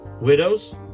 Widows